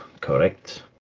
correct